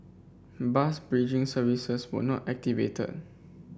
bus bridging services were not activated